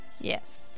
Yes